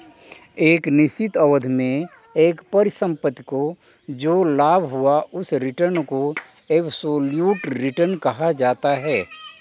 एक निश्चित अवधि में एक परिसंपत्ति को जो लाभ हुआ उस रिटर्न को एबसोल्यूट रिटर्न कहा जाता है